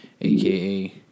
aka